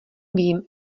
vím